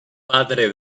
padre